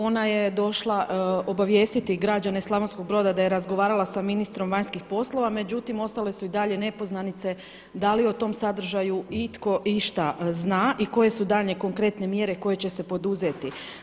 Ona je došla obavijestiti građane Slavonskog Broda da je razgovarala sa ministrom vanjskih poslova, međutim ostale su i dalje nepoznanice da li o tom sadržaju itko išta zna i koje su daljnje konkretne mjere koje će se poduzeti.